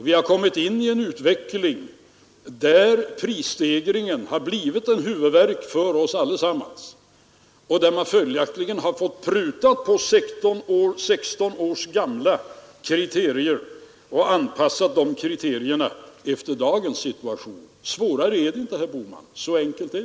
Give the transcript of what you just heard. Vi har kommit in i en utveckling, där prisstegringen blivit en huvudvärk för oss alla och där man följaktligen fått pruta på 16 år gamla kriterier och anpassa dem efter dagens situation. Svårare är det inte, herr Bohman.